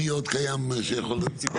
מי עוד קיים שיכול להגיש?